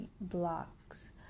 blocks